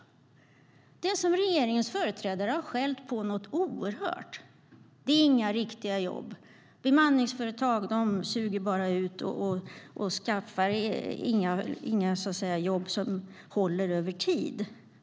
Dem har ju regeringens företrädare skällt på något oerhört och sagt att de bara suger ut och inte förmedlar några riktiga jobb som håller över tid.